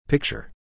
Picture